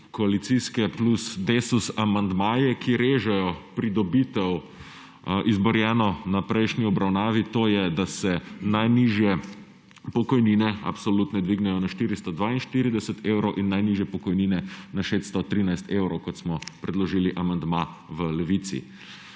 koalicijske plus Desus amandmaje, ki režejo pridobitev, izborjeno na prejšnji obravnavi, to je, da se najnižje pokojnine absolutno dvignejo na 442 evrov in najnižje pokojnine za polno dobo na 613 evrov, kot smo predložili amandma v Levici.